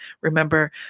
remember